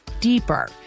deeper